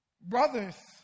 Brothers